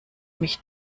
mich